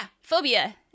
phobia